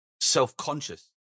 self-conscious